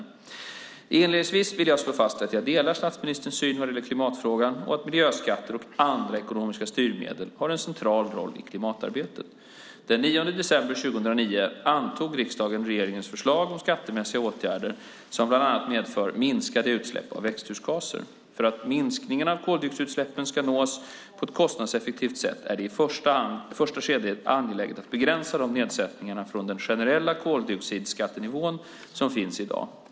Inledningsvis vill jag slå fast att jag delar statsministerns syn vad gäller klimatfrågan och att miljöskatter och andra ekonomiska styrmedel har en central roll i klimatarbetet. Den 9 december 2009 antog riksdagen regeringens förslag om skattemässiga åtgärder som bland annat medför minskade utsläpp av växthusgaser. För att minskningar av koldioxidutsläppen ska nås på ett kostnadseffektivt sätt är det i ett första skede angeläget att begränsa de nedsättningar från den generella koldioxidskattenivån som finns i dag.